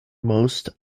most